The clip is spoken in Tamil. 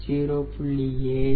7 0